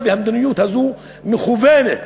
והמדיניות הזאת מכוונת,